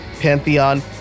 Pantheon